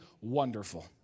wonderful